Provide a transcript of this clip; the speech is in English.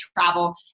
travel